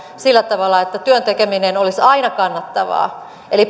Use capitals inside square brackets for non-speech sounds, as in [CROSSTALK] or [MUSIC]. sillä tavalla että työn tekeminen olisi aina kannattavaa eli [UNINTELLIGIBLE]